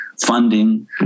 funding